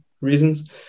reasons